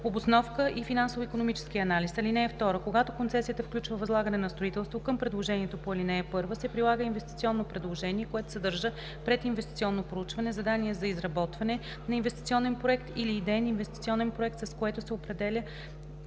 обосновка и финансово-икономически анализ. (2) Когато концесията включва възлагане на строителство, към предложението по ал. 1 се прилага инвестиционно предложение, което съдържа прединвестиционно проучване, задание за изработване на инвестиционен проект или идеен инвестиционен проект, с което определя